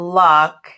luck